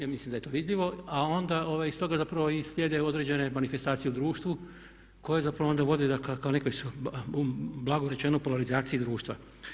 Ja mislim da je to vidljivo, a onda iz toga zapravo i slijede određene manifestacije u društvu koje onda zapravo vode kao nekoj blago rečeno polarizaciji društva.